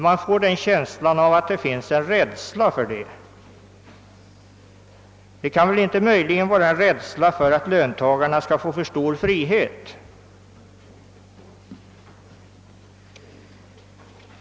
Man får en känsla av att det föreligger en rädsla för detta. Det kan väl inte möjligen vara rädsla för att löntagarna skall få för stor frihet?